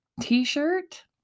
T-shirt